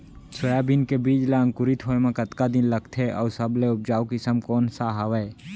Soybean के बीज ला अंकुरित होय म कतका दिन लगथे, अऊ सबले उपजाऊ किसम कोन सा हवये?